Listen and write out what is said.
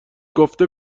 گفته